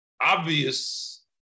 obvious